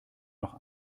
noch